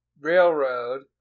railroad